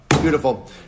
Beautiful